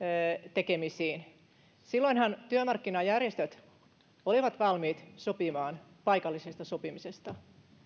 tekemisiin silloinhan työmarkkinajärjestöt olivat valmiit sopimaan paikallisesta sopimisesta